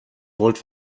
wollt